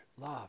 love